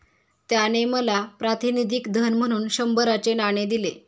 त्याने मला प्रातिनिधिक धन म्हणून शंभराचे नाणे दिले